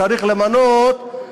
צריך למנות,